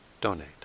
donate